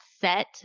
set